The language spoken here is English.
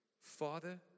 Father